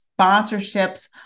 sponsorships